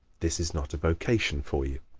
this is not a vocation for you.